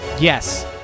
Yes